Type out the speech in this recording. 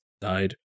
died